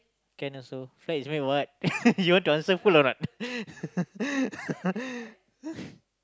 can also flag is made of what you want to answer full or not